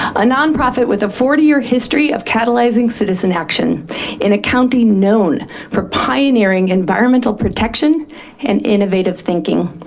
a non-profit with a forty year history of catalyzing citizen action in a county known for pioneering environmental protection and innovative thinking.